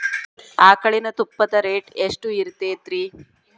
ಆಕಳಿನ ತುಪ್ಪದ ರೇಟ್ ಎಷ್ಟು ಇರತೇತಿ ರಿ?